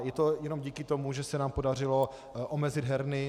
Je to jen díky tomu, že se nám podařilo omezit herny.